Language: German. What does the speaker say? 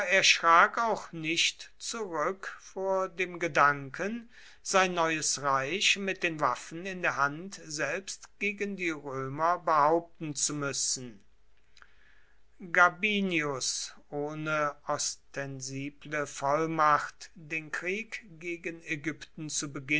schrak auch nicht zurück vor dem gedanken sein neues reich mit den waffen in der hand selbst gegen die römer behaupten zu müssen gabinius ohne ostensible vollmacht den krieg gegen ägypten